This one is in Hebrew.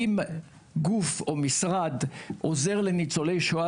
אם גוף או משרד עוזר לניצולי שואה,